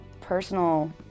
personal